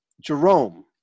Jerome